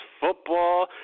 football